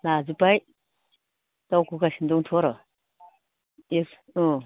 लाजोब्बाय दावखोगासिनो दंथ' आर' इस अ